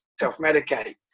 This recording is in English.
self-medicate